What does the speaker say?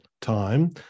time